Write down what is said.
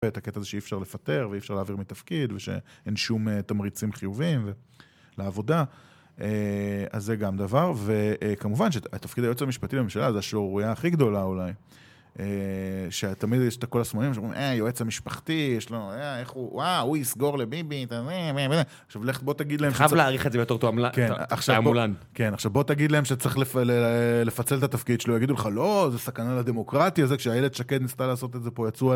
את הקטע הזה שאי אפשר לפטר, ואי אפשר להעביר מתפקיד, ושאין שום תמריצים חיובים לעבודה. אז זה גם דבר, וכמובן שהתפקיד היועץ המשפטי לממשלה זה השערורייה הכי גדולה אולי, שתמיד יש את כל השמאלנים, שאומרים, אה, היועץ המשפחתי, יש לו אה... איך הוא... ווא, הוא יסגור לביבי, אתה יודע... עכשיו, לך בוא תגיד להם... אתה חייב להעריך את זה ביותר תועמלן. כן, עכשיו בוא... כן, עכשיו בוא תגיד להם שצריך לפצל את התפקיד שלו, שלא יגידו לך, לא, זה סכנה לדמוקרטיה, זה כשאיילת שקד ניסתה לעשות את זה פה, יצאו עליה.